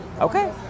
Okay